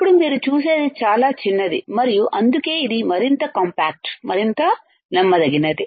అప్పుడు మీరు చూసేది చాలా చిన్నది మరియు అందుకే ఇది మరింత కాంపాక్ట్ మరింత నమ్మదగినది